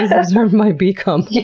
observe my beak hump.